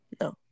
No